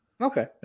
Okay